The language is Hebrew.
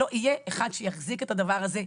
יהיה אחד שיחזיק את הדבר הזה,